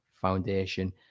Foundation